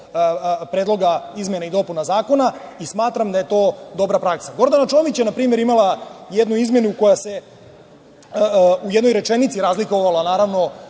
predloga izmena i dopuna zakona i smatram da je to dobra praksa. Gordana Čomić, je na primer imala jednu izmenu koja se u jednoj rečenici razlikovala od